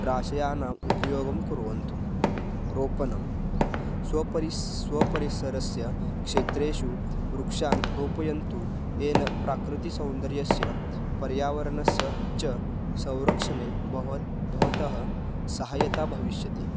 राशिः यानम् उपयोगं कुर्वन्तु रोपनं स्वपरिसरस्य स्वपरिसरस्य क्षेत्रेषु वृक्षान् रोपयन्तु येन प्राकृतिसौन्दर्यस्य पर्यावरणस्य च संरक्षणे भवतः सहायता भविष्यति